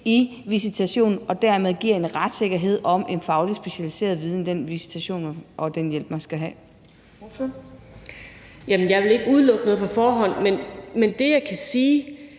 i visitationen og dermed giver en retssikkerhed om en faglig specialiseret viden om den visitation og den hjælp, man skal have? Kl. 21:28 Fjerde næstformand (Trine